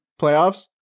playoffs